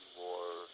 more